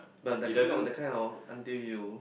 but that kind not the kind of until you